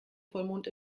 vollmond